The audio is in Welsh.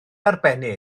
arbennig